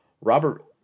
Robert